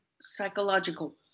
psychological